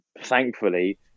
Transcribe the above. thankfully